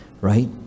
right